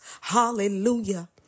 Hallelujah